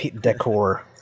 decor